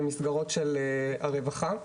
למסגרות של הרווחה.